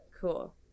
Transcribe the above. Cool